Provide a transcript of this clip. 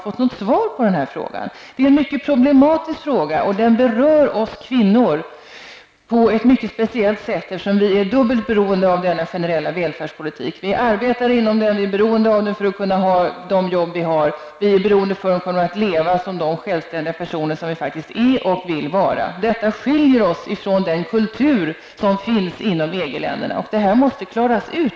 Frågan utgör ett stort problem, och den berör oss kvinnor på ett mycket speciellt sätt. Vi kvinnor är dubbelt beroende av den generella välfärdspolitiken. Vi arbetar inom den, vi är bereonde av den för att behålla de arbeten vi har, vi är beroende av den för att kunna leva som de självständiga personer vi är och vill vara. Detta skiljer oss från den kultur som finns inom EG-länderna. Det här måste klaras ut,